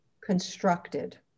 constructed